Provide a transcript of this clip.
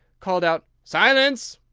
called out silence!